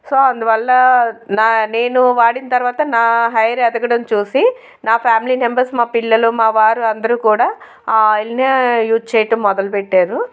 so అందువల్ల నా నేను వాడిన తర్వాత నా హెయిర్ ఎదగటం చూసి నా ఫ్యామిలీ మెంబెర్స్ మా పిల్లలు మావారు అందరు కూడా ఆ ఆయిల్నే యూజ్ చేయడం మొదలు పెట్టారు